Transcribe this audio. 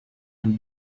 and